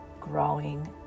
growing